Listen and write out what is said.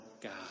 God